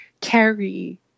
carry